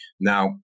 Now